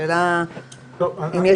הייתי